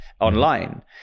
online